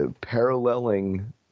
paralleling